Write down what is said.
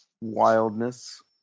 wildness